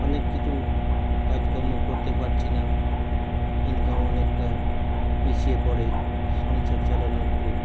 অনেক কিছু কাজকর্ম করতে পারছি না ইনকাম অনেকটা পিছিয়ে পড়ে সংসার চালানো একটু